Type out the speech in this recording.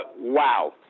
wow